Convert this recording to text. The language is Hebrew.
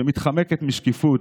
שמתחמקת מאחריות,